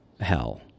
hell